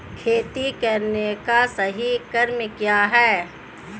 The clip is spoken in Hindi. खेती करने का सही क्रम क्या है?